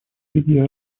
лиги